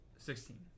Sixteen